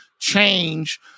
change